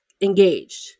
engaged